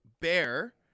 Bear